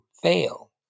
fail